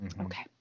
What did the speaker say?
Okay